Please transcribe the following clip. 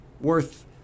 worth